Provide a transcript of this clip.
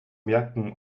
merken